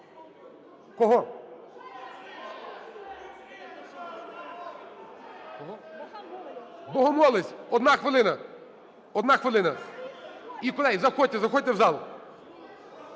залі) Богомолець – одна хвилина. Одна хвилина. І, колеги, заходьте, заходьте в зал.